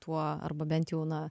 tuo arba bent jau na